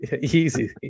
Easy